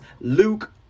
Luke